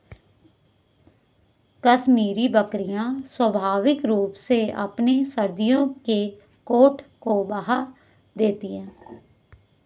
कश्मीरी बकरियां स्वाभाविक रूप से अपने सर्दियों के कोट को बहा देती है